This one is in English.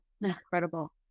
incredible